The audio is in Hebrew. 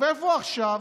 ואיפה הוא עכשיו?